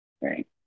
Right